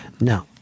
No